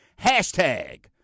Hashtag